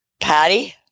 Patty